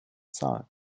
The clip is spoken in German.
zahlen